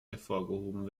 hervorgehoben